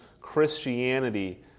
Christianity